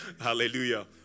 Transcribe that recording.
Hallelujah